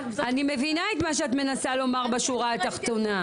אני מבינה את מה שאת מנסה לומר בשורה התחתונה.